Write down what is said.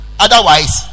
otherwise